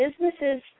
businesses